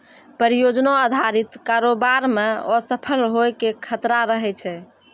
परियोजना अधारित कारोबार मे असफल होय के खतरा रहै छै